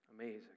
Amazing